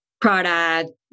product